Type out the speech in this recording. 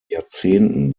jahrzehnten